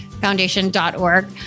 foundation.org